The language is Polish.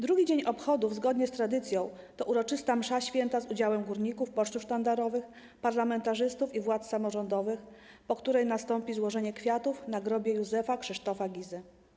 Drugi dzień obchodów to zgodnie z tradycją uroczysta msza święta z udziałem górników, pocztów sztandarowych, parlamentarzystów i władz samorządowych, po której nastąpi złożenie kwiatów na grobie Józefa Krzysztofa Gizy.